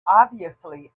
obviously